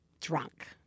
drunk